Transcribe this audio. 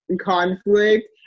conflict